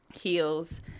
heels